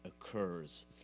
occurs